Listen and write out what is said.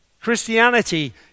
Christianity